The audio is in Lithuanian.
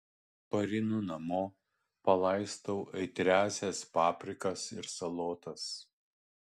pareinu namo palaistau aitriąsias paprikas ir salotas